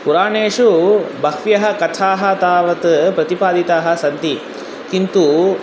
पुराणेषु बहवः कथाः तावत् प्रतिपादिताः सन्ति किन्तु